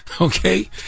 okay